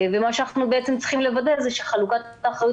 אנחנו צריכים לוודא שחלוקת האחריות